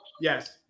Yes